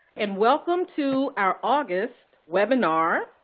and welcome to our august webinar.